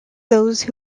those